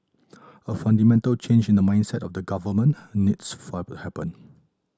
a fundamental change in the mindset of the government needs for to happen